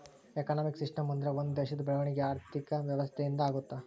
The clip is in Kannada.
ಎಕನಾಮಿಕ್ ಸಿಸ್ಟಮ್ ಅಂದ್ರೆ ಒಂದ್ ದೇಶದ ಬೆಳವಣಿಗೆ ಆರ್ಥಿಕ ವ್ಯವಸ್ಥೆ ಇಂದ ಆಗುತ್ತ